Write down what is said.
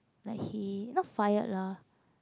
like he not fired lah